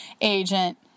agent